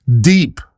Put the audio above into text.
Deep